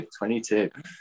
22